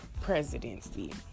presidency